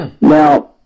Now